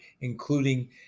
including